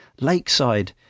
Lakeside